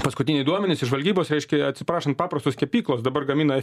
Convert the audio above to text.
paskutiniai duomenys iš žvalgybos reiškia atsiprašant paprastos kepyklos dabar gamina